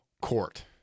court